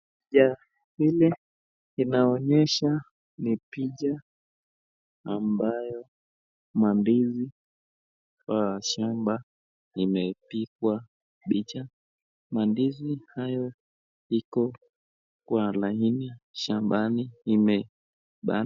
Picha hili inaonyesha ni picha ambayo mandizi kwa shamba imepigwa picha. Mandizi hayo iko kwa laini shambani ime ba...